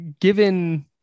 given